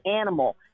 animal